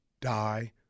die